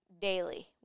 daily